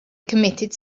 committed